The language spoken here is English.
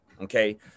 okay